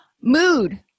mood